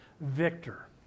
victor